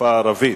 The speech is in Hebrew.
בשפה הערבית,